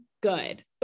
good